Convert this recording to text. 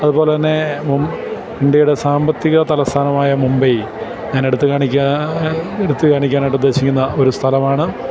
അതുപോലെത്തന്നെ ഇന്ത്യയുടെ സാമ്പത്തിക തലസ്ഥാനമായ മുംബൈ ഞാനെടുത്ത് എടുത്തുകാണിക്കാനായിട്ട് ഉദ്ദേശിക്കുന്ന ഒരു സ്ഥലമാണ്